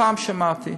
הפעם שמעתי.